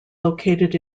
located